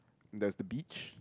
there's the beach